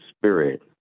Spirit